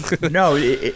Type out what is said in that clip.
no